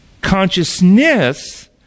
Consciousness